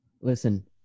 Listen